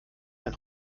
ein